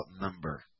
number